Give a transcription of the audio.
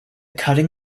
cutting